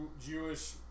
Jewish